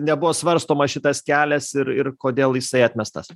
nebuvo svarstomas šitas kelias ir ir kodėl jisai atmestas